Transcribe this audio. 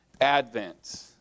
Advent